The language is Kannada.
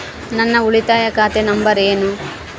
ನನ್ನ ಉಳಿತಾಯ ಖಾತೆ ನಂಬರ್ ಏನು?